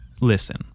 Listen